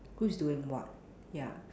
whose doing what ya